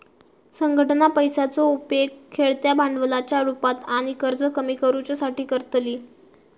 संघटना पैशाचो उपेग खेळत्या भांडवलाच्या रुपात आणि कर्ज कमी करुच्यासाठी करतली